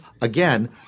again